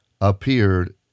appeared